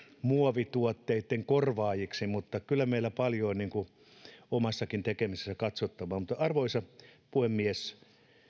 muovituotteitten korvaajiksi mutta kyllä meillä on paljon omassakin tekemisessämme katsottavaa arvoisa puhemies